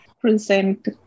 present